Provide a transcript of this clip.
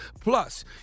Plus